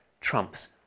trumps